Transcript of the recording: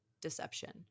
deception